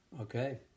okay